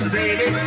baby